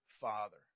Father